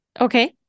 Okay